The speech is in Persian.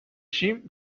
شیم